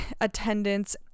attendance